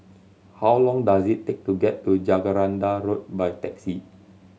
how long does it take to get to Jacaranda Road by taxi